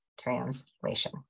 Translation